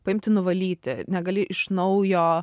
paimti nuvalyti negali iš naujo